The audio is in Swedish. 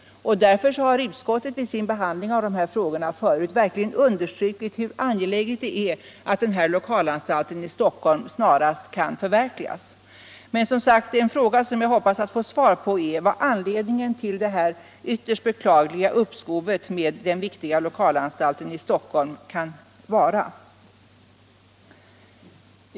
Därför har utskottet i sin behandling av dessa frågor förut understrukit hur angeläget det är att denna lokalanstalt i Stockholm snarast kommer till stånd. En fråga som jag alltså hoppas att få svar på är vad anledningen till detta ytterst beklagliga uppskov med den viktiga lokalanstalten i Stockholm kan vara.